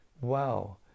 Wow